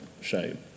shame